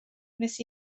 wnes